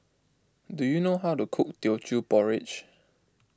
do you know how to cook Teochew Porridge